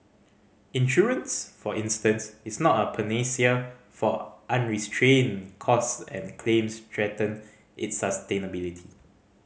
insurance for instance is not a panacea for unrestrained costs and claims threaten its sustainability